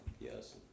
yes